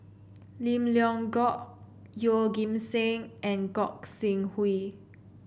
Lim Leong Geok Yeoh Ghim Seng and Gog Sing Hooi